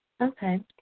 Okay